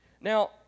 Now